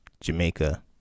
Jamaica